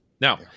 now